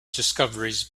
discoveries